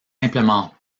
simplement